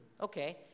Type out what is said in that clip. okay